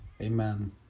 Amen